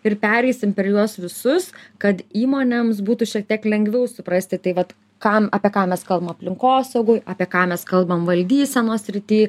ir pereisim per juos visus kad įmonėms būtų šiek tiek lengviau suprasti tai vat kam apie ką mes kalbam aplinkosaugoj apie ką mes kalbam valdysenos srity